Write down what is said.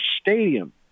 stadium